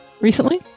Recently